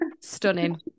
Stunning